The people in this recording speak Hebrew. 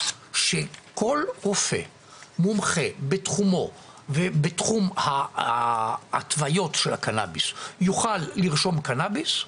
שכל רופא מומחה בתחומו ובתחום ההתוויות של הקנאביס יוכל לרשום קנאביס,